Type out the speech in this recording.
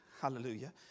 hallelujah